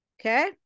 Okay